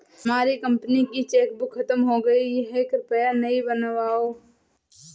हमारी कंपनी की चेकबुक खत्म हो गई है, कृपया नई बनवाओ